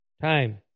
time